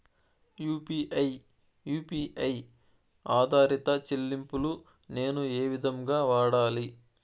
UPI U P I ఆధారిత చెల్లింపులు నేను ఏ విధంగా వాడాలి?